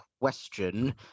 question